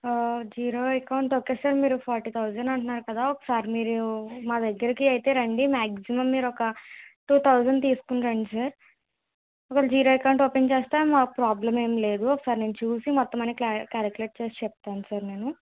ఆ zero account okay sir మీరు forty thousand అంటున్నారు కదా ఒకసారి మీరు మా దగ్గరకి అయితే రండి మాక్సిమమ్ మీరు ఒక టూ థౌసండ్ తీసుకొని రండి సార్ ఒకవేళ జీరో అకౌంట్ ఓపెన్ చేస్తే మాకు ప్రాబ్లం ఏం లేదు ఒకసారి నేను చూసి మొత్తం అన్నీ క్లా క్యాలిక్యులేట్ చేసి చెప్తాను సార్ నేను